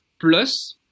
plus